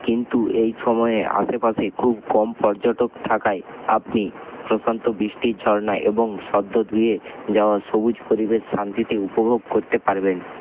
কিন্তু এই সময়ে আশেপাশে খুব কম পর্যটক থাকায় আপনি প্রশান্ত বৃষ্টির ঝরনা এবং সদ্য ধুয়ে যাওয়া সবুজ পরিবেশ শান্তিতে উপভোগ করতে পারবেন